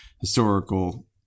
historical